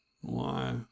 why